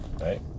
right